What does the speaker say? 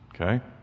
okay